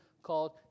called